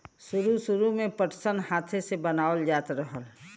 सुरु सुरु में पटसन हाथे से बनावल जात रहल